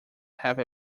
have